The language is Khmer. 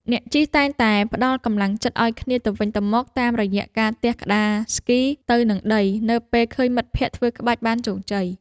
អ្នកជិះតែងតែផ្ដល់កម្លាំងចិត្តឱ្យគ្នាទៅវិញទៅមក តាមរយៈការទះក្ដារស្គីទៅនឹងដីនៅពេលឃើញមិត្តភក្ដិធ្វើក្បាច់បានជោគជ័យ។